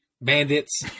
Bandits